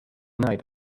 night